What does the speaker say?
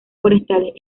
forestales